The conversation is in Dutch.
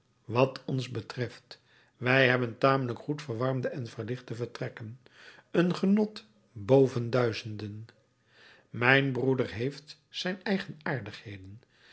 wat ons betreft wij hebben tamelijk goed verwarmde en verlichte vertrekken een genot boven duizenden mijn broeder heeft zijn eigenaardigheden